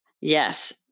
Yes